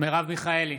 מרב מיכאלי,